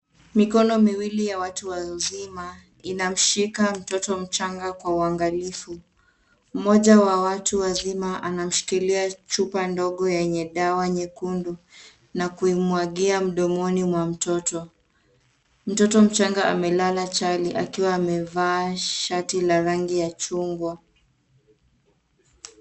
Mikono miwili ya watu wazima inamshika mtoto mchanga kwa uangalifu. Mmoja wa watu wazima anashikilia chupa ndogo yenye dawa nyekundu na kuimwagia mdomoni mwa mtoto. Mtoto mchanga amelala chali akiwa amevaa shati la rangi la chungwa.